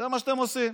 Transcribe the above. זה מה שאתם עושים.